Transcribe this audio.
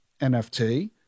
NFT